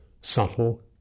subtle